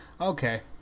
Okay